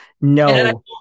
no